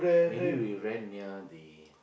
maybe we rent near the